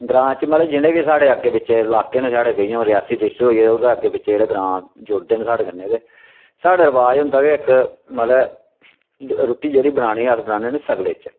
ग्रांऽ च मतलब जिन्ने बी साढ़ै अग्गें पिच्छैं लाके न साढ़े पेई गे जियां रियासी डिस्टिक होई गेआ ते ओह्दे अग्गें पिच्छें जेह्ड़े ग्रांऽ जुड़दे न साढ़ै कन्नै ते साढ़ै रवाज होंदा के इक मतलबै रुट्टी जेह्ड़ी बनानी अस बनाने होन्ने सगले च